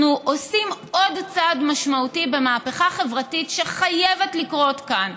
אנחנו עושים עוד צעד משמעותי במהפכה החברתית שחייבת לקרות כאן.